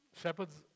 shepherds